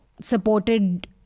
supported